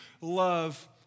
love